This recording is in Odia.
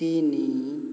ତିନି